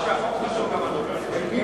לא רק שהחוק חשוב, גם הדוברת חשובה.